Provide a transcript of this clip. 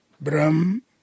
Brahm